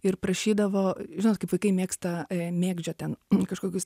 ir prašydavo žinot kaip vaikai mėgsta mėgdžiot ten kažkokius